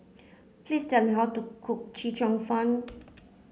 please tell me how to cook Chee Cheong fun